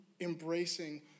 embracing